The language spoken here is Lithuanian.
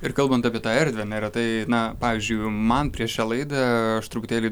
ir kalbant apie tą erdvę neretai na pavyzdžiui man prieš šią laidą aš truputėlį